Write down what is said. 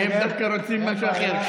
הם דווקא רוצים משהו אחר.